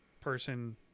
person